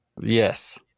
Yes